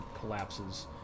collapses